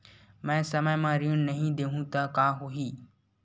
मैं समय म ऋण नहीं देहु त का होही